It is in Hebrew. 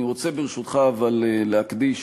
אני רוצה, ברשותך, להקדיש